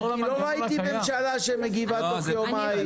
לא ראיתי ממשלה שמגיבה בתוך יומיים.